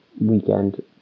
weekend